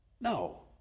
no